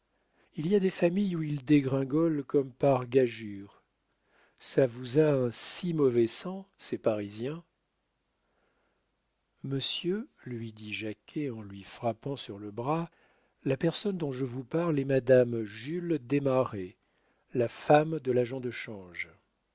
il y a des familles où ils dégringolent comme par gageure ça vous a un si mauvais sang ces parisiens monsieur lui dit jacquet en lui frappant sur le bras la personne dont je vous parle est madame jules desmarets la femme de l'agent de change